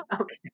Okay